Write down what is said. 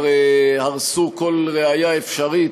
אחרי שכבר הרסו כל ראיה אפשרית,